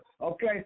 Okay